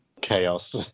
chaos